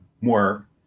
more